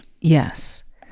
Yes